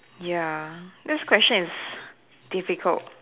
ya this question is difficult